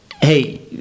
Hey